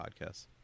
podcasts